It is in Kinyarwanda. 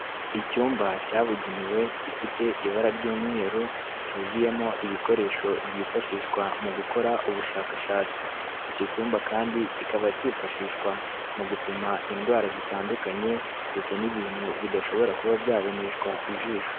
Icyumba cyabugenewe gifite ibara ry'umweru cyuzuyemo ibikoresho byifashishwa mu gukora ubushakashatsi, icyo cyumba kandi kikaba cyifashishwa mu gupima indwara zitandukanye ndetse n'ibintu bidashobora kuba byaboneshwa ijisho.